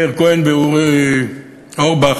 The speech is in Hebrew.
מאיר כהן ואורי אורבך.